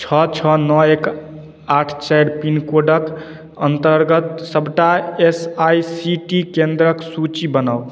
छओ छओ नओ एक आठ चारि पिनकोडक अंतर्गत सबटा एस आई सी केंद्रक सूची बनाउ